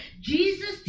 Jesus